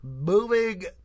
moving